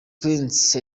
prince